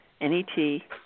N-E-T